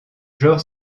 genre